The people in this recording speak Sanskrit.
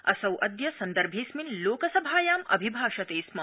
असौ अद्य सन्दर्भेंऽस्मिन लोकसभायाम अभिभाषते स्म